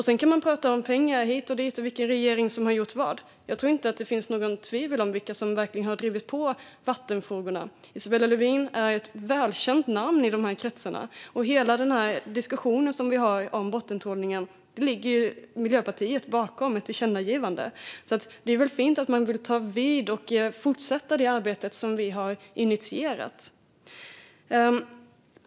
Sedan kan man prata om pengar hit och dit och vilken regering som har gjort vad, men jag tror inte att det finns någon tvekan om vilka som verkligen har drivit på i vattenfrågorna. Isabella Lövin är ett välkänt namn i de kretsarna. Hela den diskussion vi har om bottentrålning ligger ju Miljöpartiet bakom via ett tillkännagivande. Det är väl fint att man vill ta vid och fortsätta det arbete som vi har initierat.